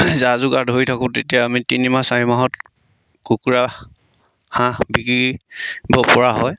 জা যোগাৰ ধৰি থাকোঁ তেতিয়া আমি তিনি মাহ চাৰি মাহত কুকুৰা হাঁহ বিকিবপৰা হয়